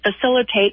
facilitate